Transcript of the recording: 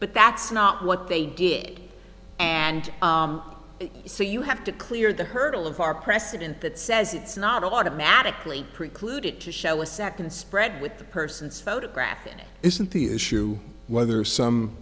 but that's not what they did and so you have to clear the hurdle of our precedent that says it's not automatically precluded to show a second spread with the person's photograph and it isn't the issue whether some